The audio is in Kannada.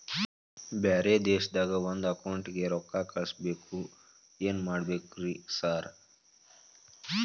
ಬ್ಯಾರೆ ದೇಶದಾಗ ಒಂದ್ ಅಕೌಂಟ್ ಗೆ ರೊಕ್ಕಾ ಕಳ್ಸ್ ಬೇಕು ಏನ್ ಮಾಡ್ಬೇಕ್ರಿ ಸರ್?